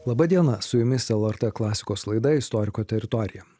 laba diena su jumis lrt klasikos laida istoriko teritorija